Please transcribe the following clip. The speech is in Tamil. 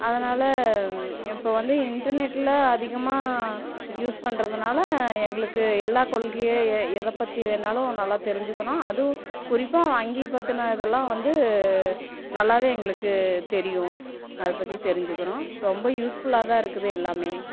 அதனால் இப்போது வந்து இன்டர்நெட்ல அதிகமாக யூஸ் பண்ணுறதுனால எங்களுக்கு எல்லா கொள்கை எ எதை பற்றி வேணாலும் நல்லா தெரிஞ்சிக்கணும் அதுவும் குறிப்பாக வங்கி பத்தின இதெல்லாம் வந்து நல்லாவே எங்களுக்கு தெரியும் அதை பற்றி தெரிஞ்சிக்கிறோம் ரொம்ப யூஸ் ஃபுல்லாதான் இருக்குது எல்லாமே